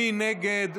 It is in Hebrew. מי נגד?